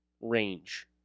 range